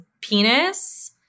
penis